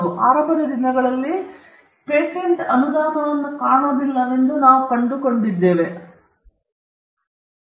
ಆರಂಭದ ದಿನಗಳಲ್ಲಿ ಪೇಟೆಂಟ್ ಅನುದಾನವನ್ನು ಕಾಣುವುದಿಲ್ಲವೆಂದು ನಾವು ಕಂಡುಕೊಂಡಿದ್ದೇವೆ ನಾವು ವಿಶೇಷ ಸೌಲಭ್ಯಗಳನ್ನು ಪಡೆಯುತ್ತೇವೆ